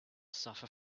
suffer